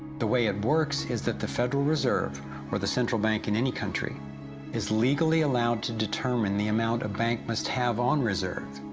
the way it works is that the federal reserve or the central bank in any country is legally allowed to determine the amount of bank must have on reserve.